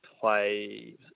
play